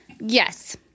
yes